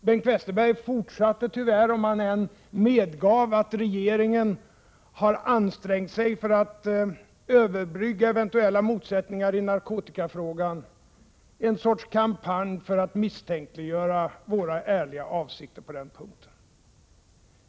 Bengt Westerberg fortsatte tyvärr, om han än medgav att regeringen har ansträngt sig för att överbrygga eventuella motsättningar i narkotikafrågan, en sorts kampanj för att misstänkliggöra våra ärliga avsikter på den punkten.